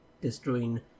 destroying